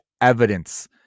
evidence